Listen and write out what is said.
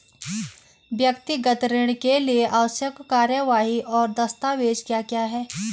व्यक्तिगत ऋण के लिए आवश्यक कार्यवाही और दस्तावेज़ क्या क्या हैं?